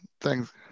Thanks